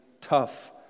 tough